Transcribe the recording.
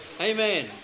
Amen